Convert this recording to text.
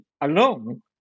alone